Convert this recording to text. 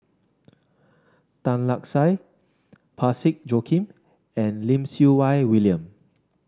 Tan Lark Sye Parsick Joaquim and Lim Siew Wai William